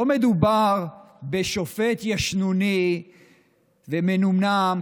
לא מדובר בשופט ישנוני ומנומנם,